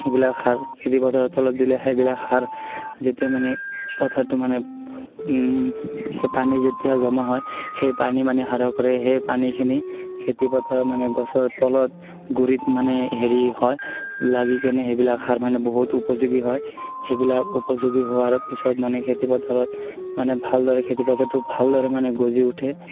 সেইবিলাক সাৰ খেতিপথাৰৰ তলত দিলে সেইবিলাক সাৰ যেতিয়া মানে পথাৰটো মানে সেই পানী যেতিয়া জমা হয় সেই পানী মানে সাৰুৱা কৰে সেই পানীখিনি খেতিপথাৰত মানে গছৰ তলত গুৰিত মানে হেৰি হয় লাগি কেনে সেইবিলাক সাৰ মানে বহুত উপযোগী হয় সেইবিলাক উপযোগী হোৱাৰ পিছত মানে খেতিপথাৰত মানে ভালদৰে খেতিপথাৰটো ভালদৰে মানে গজি উঠে